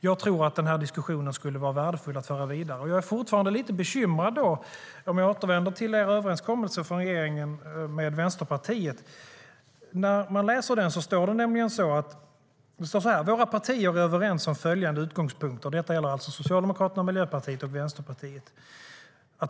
Jag tror att denna diskussion skulle vara värdefull att föra vidare. Om jag återvänder till er överenskommelse mellan regeringen och Vänsterpartiet är jag fortfarande lite bekymrad. När man läser den ser man att det står så här: Våra partier är överens om följande utgångspunkter - detta gäller alltså Socialdemokraterna, Miljöpartiet och Vänsterpartiet.